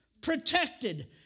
Protected